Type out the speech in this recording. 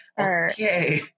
Okay